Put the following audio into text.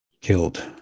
killed